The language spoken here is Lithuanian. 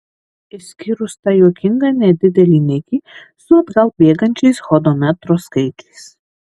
išskyrus tą juokingą nedidelį nikį su atgal bėgančiais hodometro skaičiais